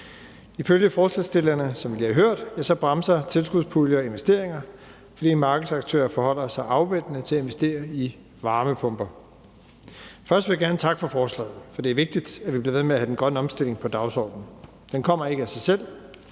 Ifølge forslagsstillerne bremser tilskudspuljer investeringer, som vi lige har hørt, fordi en markedsaktør forholder sig afventende til at investere i varmepumper. Først vil jeg gerne takke for forslaget, for det er vigtigt, at vi bliver ved med at have den grønne omstilling på dagsordenen. Den kommer ikke af sig selv.